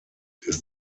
ist